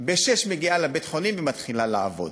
ב-06:00 מגיעה לבית-החולים ומתחילה לעבוד.